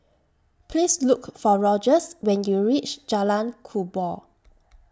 Please Look For Rogers when YOU REACH Jalan Kubor